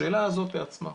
השאלה הזאת לעצמה,